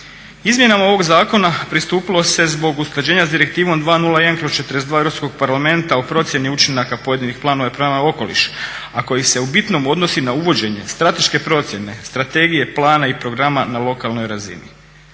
Izmjenama ovog zakona pristupilo se zbog usklađivanja s Direktivom 201/42 Europskog parlamenta o procjeni učinaka pojedinih planova prema okolišu, a koji se u bitnom odnosi na uvođenje strateške procjene Strategija plana i programa na lokalnoj razini.